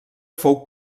fou